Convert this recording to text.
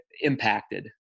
impacted